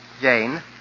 Jane